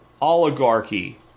oligarchy